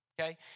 okay